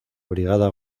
brigada